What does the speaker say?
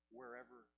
wherever